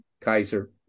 Kaiser